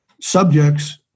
subjects